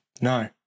no